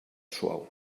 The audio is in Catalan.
suau